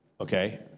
okay